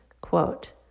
Quote